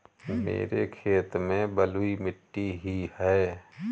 मेरे खेत में बलुई मिट्टी ही है